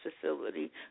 facility